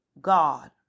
God